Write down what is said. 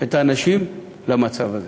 את האנשים למצב הזה.